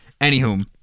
Anywho